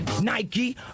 Nike